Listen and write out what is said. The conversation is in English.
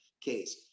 case